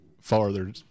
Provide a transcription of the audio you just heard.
farther